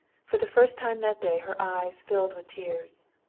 for the first time that day her eyes filled with tears.